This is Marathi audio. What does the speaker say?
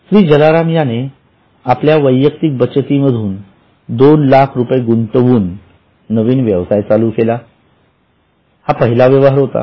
श्री जलाराम याने आपल्या वैयक्तिक बचती मधून दोन लाख रुपये गुंतवून नवीन व्यवसाय चालू केला हा पहिला व्यवहार होता